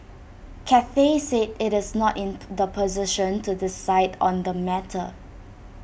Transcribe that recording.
Cathay said IT is not in the position to decide on the matter